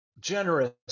generous